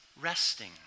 resting